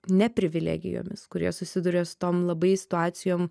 ne privilegijomis kurie susiduria su tom labai situacijom